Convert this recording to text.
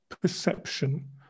perception